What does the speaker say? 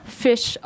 fish